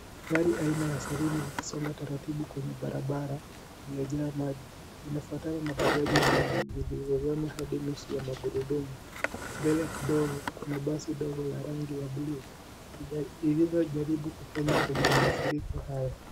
Gari aina la saluni zikisonga taratibu kwenye barabara iliyojaa maji, zinafwatana bajaji mbili zilizojaza hadinusu ya magurudumu mbele kidogo kuna basi ndogo ya rangi ya(cs) blue iliyo jaribu kupenya kwenye mafuriko haya.